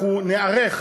אנחנו ניערך,